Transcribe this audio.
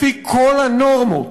לפי כל הנורמות,